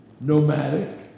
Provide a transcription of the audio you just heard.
nomadic